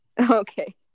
Okay